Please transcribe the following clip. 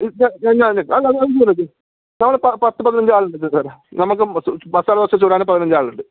ഇല്ല അല്ല നമ്മൾ പത്തു പതിനഞ്ച് ആളുണ്ട് സാറേ നമ്മൾക്ക് മസാലദോശ ചുടാൻ പതിനഞ്ച് ആളുണ്ട്